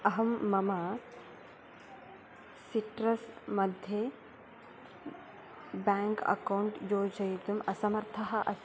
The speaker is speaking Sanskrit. अहं मम सिट्रस् मध्ये बेङ्क् अक्कौण्ट् योजयितुम् असमर्थः अस्मि